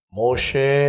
moshe